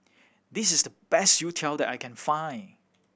this is the best youtiao that I can find